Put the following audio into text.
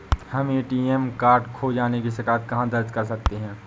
हम ATM card खो जाने की शिकायत कहाँ दर्ज कर सकते हैं?